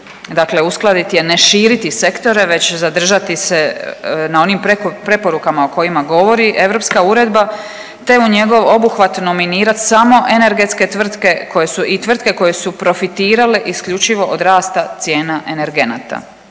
dakle uskladiti je, ne širiti sektore već zadržati se na onim preporukama o kojima govori europska Uredba te u njegov obuhvat nominirati samo energetske tvrtke i tvrtke koje su profitirale isključivo od rasta cijena energenata.